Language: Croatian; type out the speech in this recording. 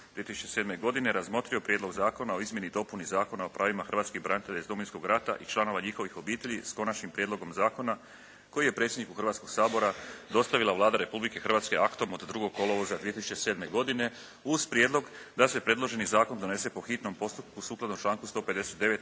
2007. godine razmotrio je Prijedlog zakona o izmjeni i dopuni Zakona o pravima hrvatskih branitelja iz Domovinskog rata i članova njihovih obitelji, s Konačnim prijedlogom zakona koji je predsjedniku Hrvatskoga sabora dostavila Vlada Republike Hrvatske aktom od 2. kolovoza 2007. godine uz prijedlog da se predloženi zakon donese po hitnom postupku sukladno članku 159.